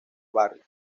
barrio